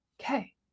Okay